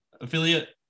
affiliate